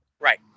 Right